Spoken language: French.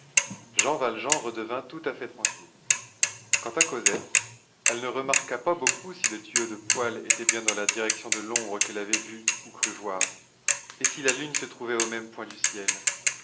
jean valjean redevint tout à fait tranquille quant à cosette elle ne remarqua pas beaucoup si le tuyau de poêle était bien dans la direction de l'ombre qu'elle avait vue ou cru voir et si la lune se trouvait au même point du ciel